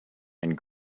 and